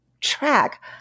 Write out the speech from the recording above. track